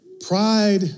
pride